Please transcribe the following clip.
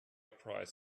price